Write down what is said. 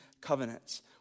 covenants